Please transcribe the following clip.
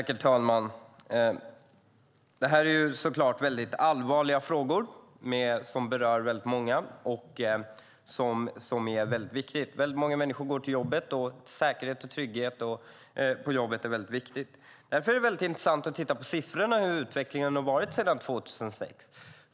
Herr talman! Detta är såklart allvarliga och viktiga frågor som berör många. Många människor går till jobbet, och säkerhet och trygghet på jobbet är viktigt. Därför är det intressant att titta på siffrorna för hur utvecklingen har varit sedan 2006.